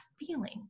feeling